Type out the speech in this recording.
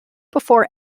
before